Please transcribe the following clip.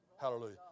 hallelujah